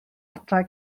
adre